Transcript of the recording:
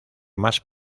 más